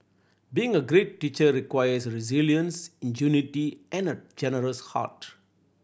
being a great teacher requires resilience ingenuity and a generous heart